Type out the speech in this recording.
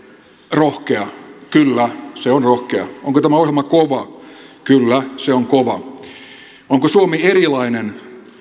rohkea kyllä se on rohkea onko tämä ohjelma kova kyllä se on kova onko suomi erilainen